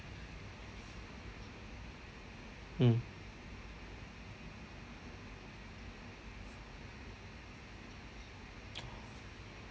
mm